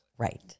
Right